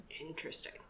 interesting